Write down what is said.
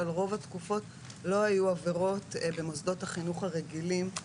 אבל רוב התקופות לא היו עבירות במוסדות החינוך הרגילים,